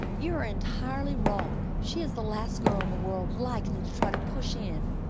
you are entirely wrong. she is the last girl in the world likely to try to push in.